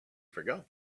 forgot